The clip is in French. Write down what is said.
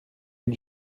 une